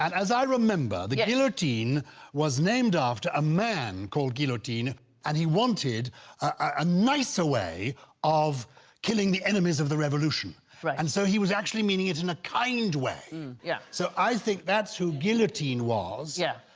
and as i remember the guillotine was named after a man called guillotine and he wanted a a nicer way of killing the enemies of the revolution right? and so he was actually meaning it in a kind way yeah, so i think that's who guillotine was. yeah,